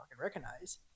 recognize